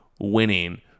winning